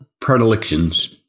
predilections